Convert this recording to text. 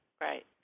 Right